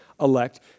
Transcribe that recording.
elect